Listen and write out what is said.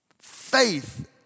faith